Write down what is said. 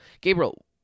Gabriel